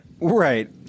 Right